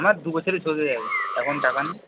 আমার দুবছরে শোধ হয়ে যাবে এখন টাকা নেই